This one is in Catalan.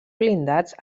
blindats